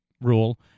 rule